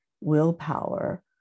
willpower